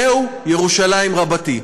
זה ירושלים רבתי.